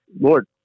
Lord